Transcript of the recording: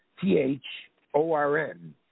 T-H-O-R-N